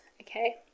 okay